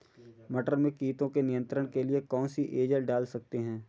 मटर में कीटों के नियंत्रण के लिए कौन सी एजल डाल सकते हैं?